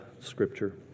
scripture